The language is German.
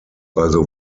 also